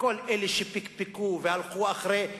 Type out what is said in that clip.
ולכל אלה שפקפקו והלכו אחרי אשליות,